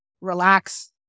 relax